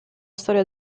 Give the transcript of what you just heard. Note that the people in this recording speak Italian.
storia